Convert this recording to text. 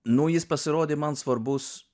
nu jis pasirodė man svarbus